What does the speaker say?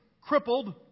crippled